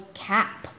cap